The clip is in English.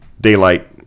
daylight